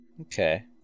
okay